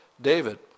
David